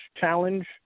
challenge